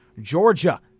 Georgia